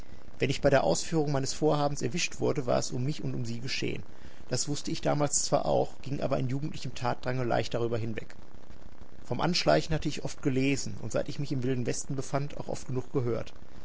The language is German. wenn ich bei der ausführung meines vorhabens erwischt wurde war es um mich und um sie geschehen das wußte ich damals zwar auch ging aber in jugendlichem tatendrange leicht darüber hinweg vom anschleichen hatte ich oft gelesen und seit ich mich im wilden westen befand auch oft genug gehört